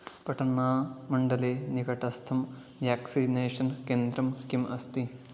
पटन्नामण्डले निकटस्थं व्याक्सिनेषन् केन्द्रं किम् अस्ति